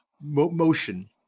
motion